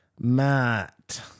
Matt